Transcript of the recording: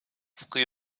sri